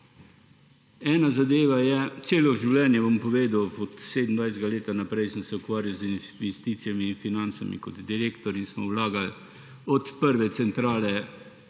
Ena zadeva je – celo življenje, od 27. leta naprej sem se ukvarjal z investicijami in financami kot direktor in smo vlagali od prve centrale